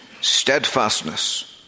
steadfastness